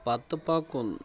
پتہٕ پکُن